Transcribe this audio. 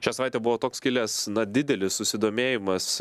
šią savaitę buvo toks kilęs na didelis susidomėjimas